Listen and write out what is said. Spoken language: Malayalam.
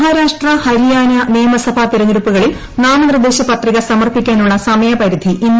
മഹാരാഷ്ട്ര ഹരിയാന നിയമസഭാ തെരഞ്ഞെടുപ്പുകളിൽ നാമനിർദ്ദേശപത്രിക സമർപ്പിക്കാനുള്ള സമയപരിധി ഇന്ന് അവസാനിക്കും